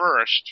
first